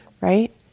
right